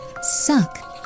Suck